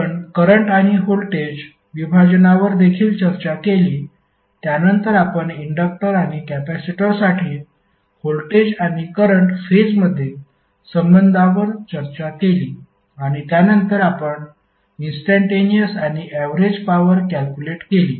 आपण करंट आणि व्होल्टेज विभाजनावर देखील चर्चा केली त्यानंतर आपण इंडक्टर आणि कॅपेसिटरसाठी व्होल्टेज आणि करंट फेजमधील संबंधांवर चर्चा केली आणि त्यानंतर आपण इंस्टंटेनिअस आणि ऍवरेज पॉवर कॅल्क्युलेट केली